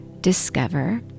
discover